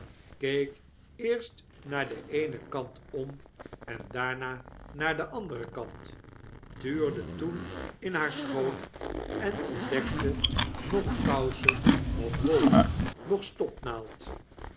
keek eerst naar den eenen kant om daarna naar den anderen kant tuurde toen in haar schoot en ontdekte noch kousen noch wol noch stopnaald